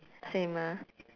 same ah